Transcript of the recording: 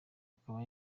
akaba